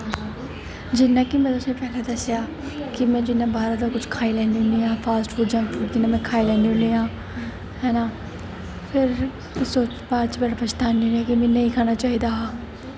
जि'यां कि में तुसें ई पैह्लें दस्सेआ कि में जि'यां बाह्र दा कुछ खाई लैन्नी होनी आं फॉस्ट फूड जां में खाई लैन्नी होनी आं हैना फिर बाद च बड़ा पछतानी होनी आं कि में नेईं खाना चाहिदा हा